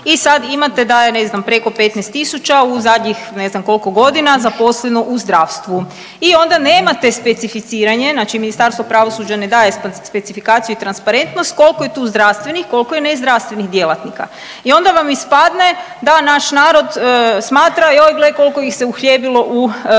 I sad imate da je ne znam preko 15.000 u zadnjih koliko godina zaposleno u zdravstvu i onda nemate specificiranje znači Ministarstvo pravosuđa ne daje specifikaciju i transparentnost koliko je tu zdravstvenih koliko je nezdravstvenih djelatnika i onda vam ispadne da naš narod smatra joj gle koliko ih se uhljebilo u